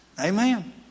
Amen